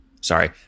Sorry